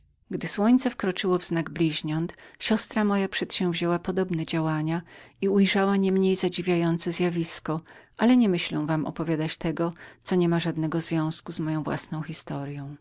gdy słońce wkroczyło w znak bliźniąt moja siostra ze swojej strony przedsięwzięła podobne poszukiwania i ujrzała nie mniej zadziwiające zjawisko ale nie myślę wam opowiadać tego co niema żadnego związku z moją własną historyą